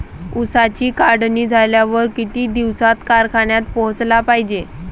ऊसाची काढणी झाल्यावर किती दिवसात कारखान्यात पोहोचला पायजे?